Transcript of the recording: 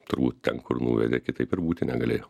turbūt ten kur nuvedė kitaip ir būti negalėjo